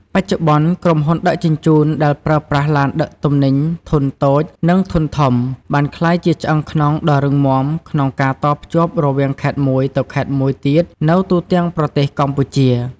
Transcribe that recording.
បច្ចុប្បន្ន ក្រុមហ៊ុនដឹកជញ្ជូនដែលប្រើប្រាស់ឡានដឹកទំនិញធុនតូចនិងធុនធំបានក្លាយជាឆ្អឹងខ្នងដ៏រឹងមាំក្នុងការតភ្ជាប់រវាងខេត្តមួយទៅខេត្តមួយទៀតនៅទូទាំងប្រទេសកម្ពុជា។